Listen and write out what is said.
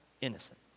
innocent